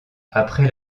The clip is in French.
après